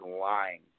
lying